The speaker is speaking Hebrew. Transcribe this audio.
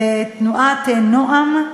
תנועת "נועם",